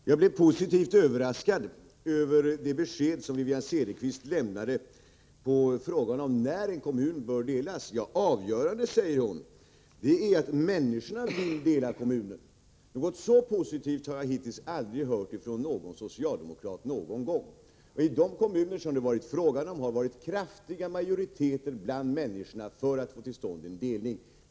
Herr talman! Jag blev positivt överraskad av det besked som Wivi-Anne Cederqvist lämnade på frågan om när en kommun bör delas. Det avgörande är, sade hon, att människorna vill dela kommunen. Något så positivt har jag hittills aldrig hört från någon socialdemokrat. I de kommuner som det varit fråga om har det funnits kraftiga majoriteter bland människorna för att få till stånd en delning.